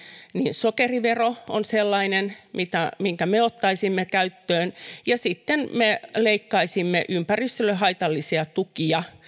sokerivero on sellainen minkä me ottaisimme käyttöön ja sitten me leikkaisimme ympäristölle haitallisia tukia